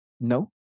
No